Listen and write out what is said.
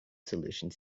solutions